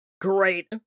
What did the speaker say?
Great